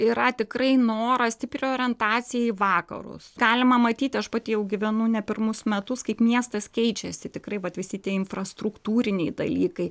yra tikrai noras stipri orientacija į vakarus galima matyti aš pati jau gyvenu ne pirmus metus kaip miestas keičiasi tikrai vat visi tie infrastruktūriniai dalykai